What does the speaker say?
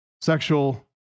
sexual